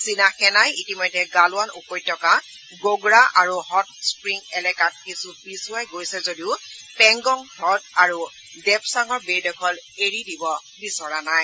চীনা সেনাই ইতিমধ্যে গালোৱান উপত্যকা গোগ্ৰা আৰু হটস্প্ৰিং এলেকাৰ কিছু পিছুৱাই গৈছে যদিও পেংগং হুদ আৰু ডেপচাঙৰ বেদখল এৰি দিব বিচৰা নাই